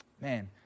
man